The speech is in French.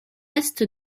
est